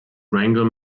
wrangle